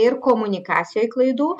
ir komunikacijoj klaidų